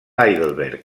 heidelberg